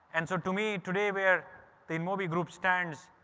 and so to me today where the inmobi group stands,